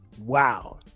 Wow